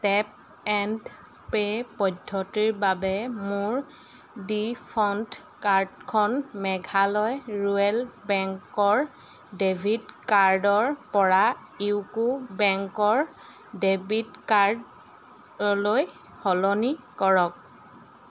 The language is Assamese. টেপ এণ্ড পে' পদ্ধতিৰ বাবে মোৰ ডিফ'ল্ট কাৰ্ডখন মেঘালয় ৰুৰেল বেংকৰ ডেবিট কাৰ্ডৰপৰা ইউকো বেংকৰ ডেবিট কাৰ্ডলৈ সলনি কৰক